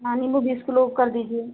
हाँ निम्बू बीस किलो कर दीजिए